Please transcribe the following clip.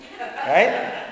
Right